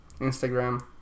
Instagram